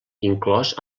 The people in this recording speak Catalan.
inclòs